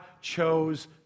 chose